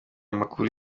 makuru